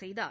செய்தார்